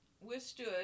withstood